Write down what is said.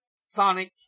Sonic